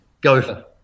gopher